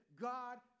God